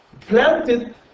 planted